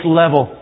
level